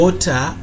Water